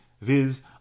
viz